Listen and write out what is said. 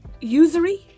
usury